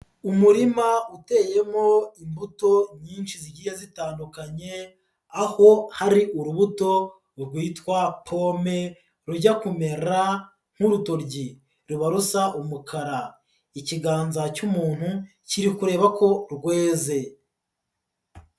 Umurima uteyemo imbuto nyinshi zigiye zitandukanye, aho hari urubuto rwitwa pome rujya kumera nk'urutoryi rubarusa umukara, ikiganza cy'umuntu kiri kureba ko rweze.